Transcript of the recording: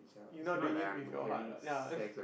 you not doing it with your heart ah ya